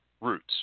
roots